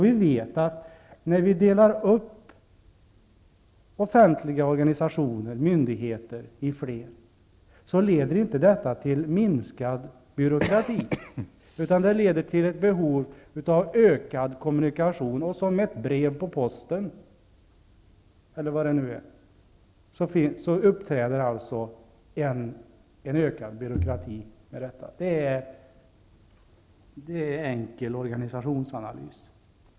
Vi vet att när vi delar upp offentliga organisationer och myndigheter i flera, leder inte detta till minksad byråkrati, utan det leder till ett behov av ökad kommunikation, och som ett brev på posten uppträder en ökad byråkrati. Det är enkel organisationsanalys.